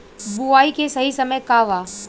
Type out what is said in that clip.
बुआई के सही समय का वा?